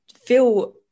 feel